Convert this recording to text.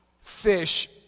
fish